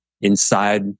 inside